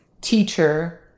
teacher